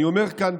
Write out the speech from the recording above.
אני אומר כאן,